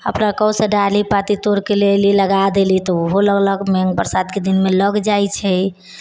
अपना कहू से डाली पाती तोड़िके ले ऐलि लगा देली तऽ ओहो लगलक मेन बरसातके दिनमे लागि जाइत छै